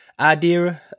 idea